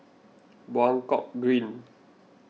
Buangkok Green